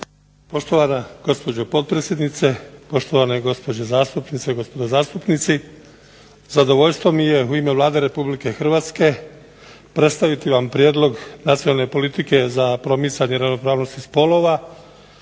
Poštovana gospođo potpredsjedniče, poštovane gospođe zastupnice i gospodo zastupnici. Zadovoljstvo mi je u ime Vlade Republike Hrvatske predstaviti vam prijedlog nacionalne politike za promicanje ravnopravnosti spolova